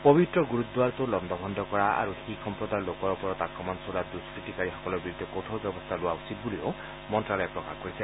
পৱিত্ৰ গুৰুদ্বাৰটো লণ্ডভণ্ণ কৰা আৰু শিখ সম্প্ৰদায়ৰ লোকৰ ওপৰত আক্ৰমণ চলোৱা দুষ্কতিকাৰীসকলৰ বিৰুদ্ধে কঠোৰ ব্যৰস্থা লোৱা উচিত বুলিও মন্ত্যালয়ে প্ৰকাশ কৰিছে